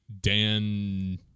Dan